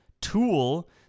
tool